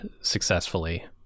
successfully